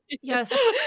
yes